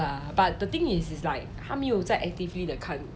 the thing is like 他没有在 actively 的看